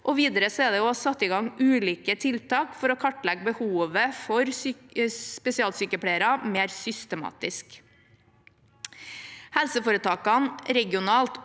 Videre er det satt i gang ulike tiltak for å kartlegge behovet for spesialsykepleiere mer systematisk. Helseforetakene regionalt og